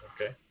Okay